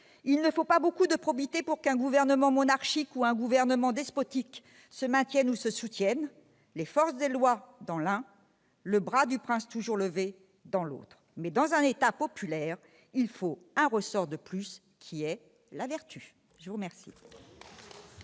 Il ne faut pas beaucoup de probité pour qu'un gouvernement monarchique ou un gouvernement despotique se maintiennent ou se soutiennent. Les forces des lois dans l'un, le bras du prince toujours levé dans l'autre [...]. Mais, dans un État populaire, il faut un ressort de plus, qui est la VERTU ». Citer